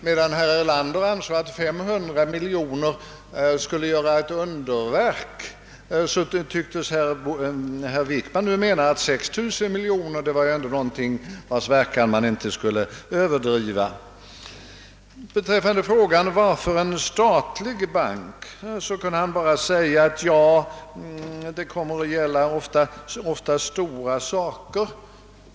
Medan herr Erlander trodde att 500 miljoner skulle göra underverk, tycktes herr Wickman mena att man inte skulle överdriva betydelsen av den verkan som 600 miljoner kronor kunde få. På frågan varför banken bör vara statlig kunde herr Wickman bara svara, att det ofta kommer att gälla stora saker.